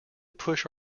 push